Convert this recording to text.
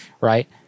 right